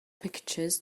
pictures